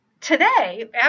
today